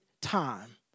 time